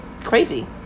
Crazy